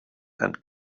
and